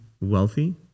wealthy